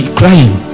crying